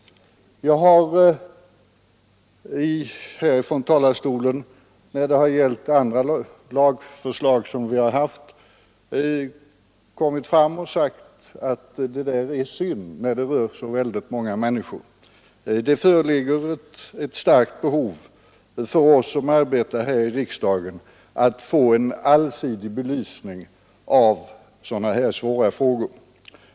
Jag har i denna talarstol när det har gällt andra lagförslag som vi haft att behandla sagt att det är synd att regeringen underlåter att höra lagrådet i frågor av detta slag som berör så många människor. Det föreligger ett starkt behov för oss som arbetar här i riksdagen att få en allsidig belysning av sådana här svåra frågor.